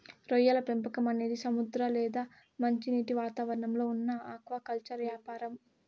రొయ్యల పెంపకం అనేది సముద్ర లేదా మంచినీటి వాతావరణంలో ఉన్న ఆక్వాకల్చర్ యాపారం